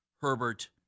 Herbert